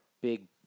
big